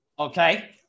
Okay